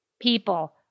people